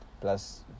Plus